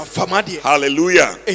Hallelujah